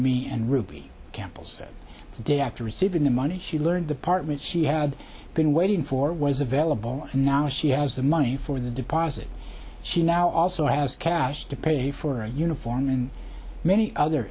me and ruby campus that day after receiving the money she learned department she had been waiting for was available and now she has the money for the deposit she now also has cash to pay for a uniform and many other